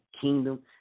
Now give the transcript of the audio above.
Kingdom